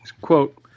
quote